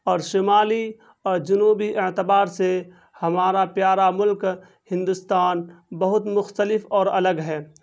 اور شمالی اور جنوبی اعتبار سے ہمارا پیارا ملک ہندوستان بہت مختلف اور الگ ہے